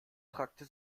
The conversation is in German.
fragte